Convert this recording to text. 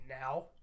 now